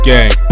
Gang